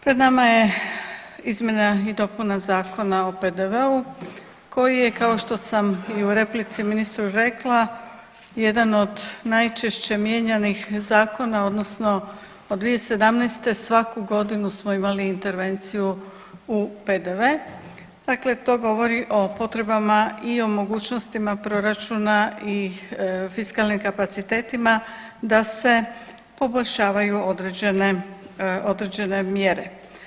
Pred nama je izmjena i dopuna Zakona o PDV-u koji je kao što sam i u replici ministru rekla, jedan od najčešće mijenjanih zakona odnosno od 2017. svaku godinu smo imali intervenciju u PDV, dakle to govori o potrebama i o mogućnostima proračuna i fiskalnim kapacitetima da se poboljšavaju određene mjere.